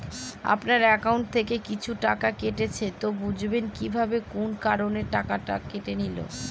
আপনার একাউন্ট থেকে কিছু টাকা কেটেছে তো বুঝবেন কিভাবে কোন কারণে টাকাটা কেটে নিল?